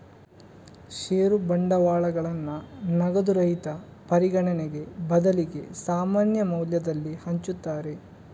ಷೇರು ಬಂಡವಾಳಗಳನ್ನ ನಗದು ರಹಿತ ಪರಿಗಣನೆಗೆ ಬದಲಿಗೆ ಸಾಮಾನ್ಯ ಮೌಲ್ಯದಲ್ಲಿ ಹಂಚುತ್ತಾರೆ